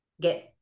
get